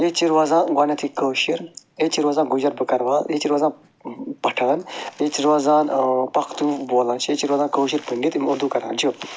ییٚتہِ چھِ روزان گۄڈٕنیتھے کٲشر ییٚتہِ چھِ روزان گُجر بکروال ییٚتہِ چھِ روزان پٹھان ییٚتہِ چھِ روزان پختون بولان چھِ ییٚتہِ چھِ روزان کٲشر پنڈِت یِم کٲشُر بولان چھِ